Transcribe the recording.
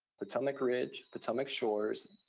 potomac ridge, potomac shores,